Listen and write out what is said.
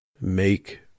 make